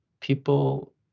people